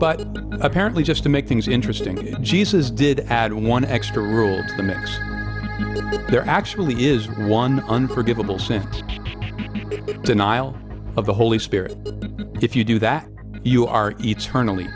but apparently just to make things interesting jesus did add one extra rule to the mix there actually is one unforgivable sin in denial of the holy spirit if you do that you are eternally